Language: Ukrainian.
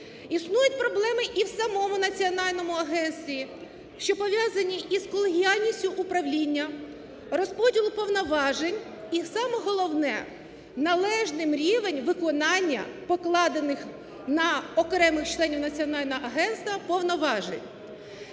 Існують проблеми і в самому Національному агентстві, що пов'язані із колегіальністю управління, розподілу повноважень і, саме головне, належним рівнем виконання, покладений на окремих членів національного агентства повноважень.